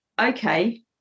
okay